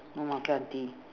no more auntie